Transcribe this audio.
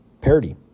Parody